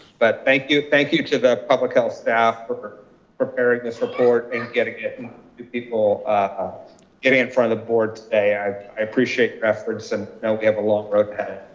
but thank you thank you to the public health staff for preparing this report and getting it to people ah getting in front of the board today. i i appreciate efforts, and now we have a long road path.